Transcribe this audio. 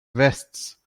vests